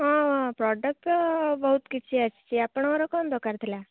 ହଁ ପ୍ରଡ଼କ୍ଟ ବହୁତ କିଛି ଆସିଛି ଆପଣଙ୍କର କ'ଣ ଦରକାର ଥିଲା